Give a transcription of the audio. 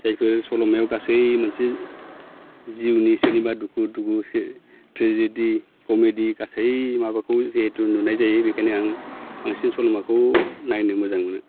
जायफोर सल'मायाव गासै मोनसे जिउनि सोरनिबा सुखु दुखु ट्रेजिडि कमेडि गासै माबाखौ जिहेतु नुनाय जायो बेखायनो आं बांसिन सल'माखौ नायनो मोजां मोनो